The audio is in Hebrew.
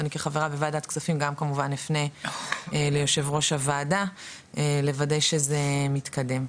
אני כחברה בוועדת הכספים גם כמובן אפנה ליו"ר הוועדה לוודא שזה מתקדם.